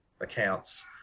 accounts